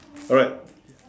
alright